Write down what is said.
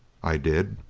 i did.